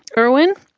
irwin?